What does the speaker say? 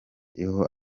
iyo